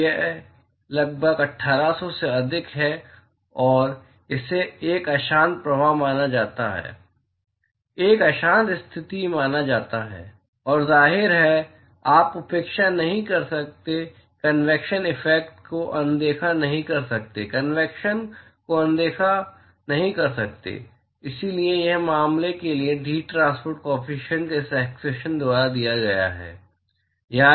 और यह लगभग 1800 से अधिक है और इसे एक अशांत प्रवाह माना जाता है एक अशांत स्थिति माना जाता है और जाहिर है आप उपेक्षा नहीं कर सकते कनवेक्शन इफेक्ट को अनदेखा नहीं कर सकते कनवेक्शन को अनदेखा नहीं कर सकते हैं और इसलिए इस मामले के लिए हीट ट्रांसपोर्ट काॅफिशियंट इस एक्सप्रेशन द्वारा दिया गया है